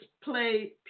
play